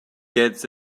gets